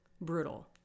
brutal